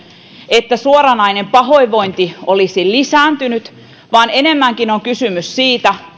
että suoranainen pahoinvointi olisi lisääntynyt vaan enemmänkin on kysymys siitä